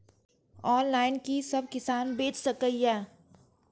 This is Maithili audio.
ऑनलाईन कि सब किसान बैच सके ये?